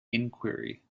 inquiry